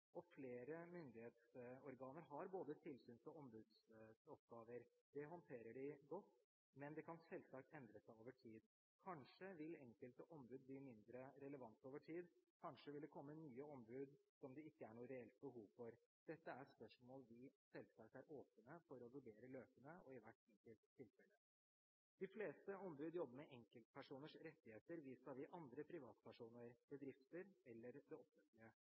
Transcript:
og flere myndighetsorganer har både tilsyns- og ombudsoppgaver. Det håndterer de godt, men det kan selvsagt endre seg over tid. Kanskje vil enkelte ombud bli mindre relevante over tid. Kanskje vil det komme nye ombud som det ikke er noe reelt behov for. Dette er spørsmål vi selvsagt er åpne for å vurdere løpende og i hvert enkelt tilfelle. De fleste ombud jobber med enkeltpersoners rettigheter vis-à-vis andre privatpersoner, bedrifter eller det